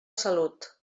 salut